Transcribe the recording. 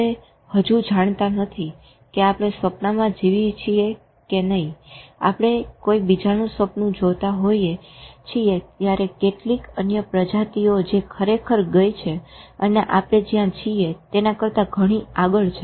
આપણે હજુ જણતા નથી કે આપણે સ્વપ્નમાં જીવીએ છીએ કે નઈ આપણે કોઈબીજાનું સ્વપ્ન જોતા હોઈએ છીએ કેટલીક અન્ય પ્રજાતિઓ જે ખરેખર ગઈ છે અને આપણે જ્યાં છીએ તેના કરતા ઘણી આગળ છે